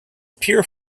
pure